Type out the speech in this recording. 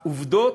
זאת עובדה,